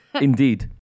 indeed